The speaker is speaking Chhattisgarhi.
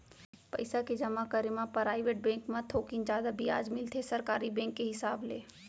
पइसा के जमा करे म पराइवेट बेंक म थोकिन जादा बियाज मिलथे सरकारी बेंक के हिसाब ले